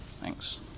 Thanks